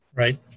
Right